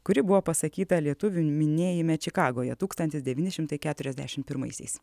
kuri buvo pasakyta lietuvių minėjime čikagoje tūkstantis devyni šimtai keturiasdešim pirmaisiais